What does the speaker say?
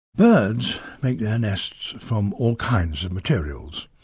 birds make their nests from all kinds of materials.